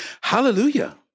Hallelujah